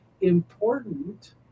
important